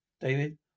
David